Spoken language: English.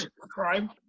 crime